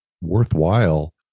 worthwhile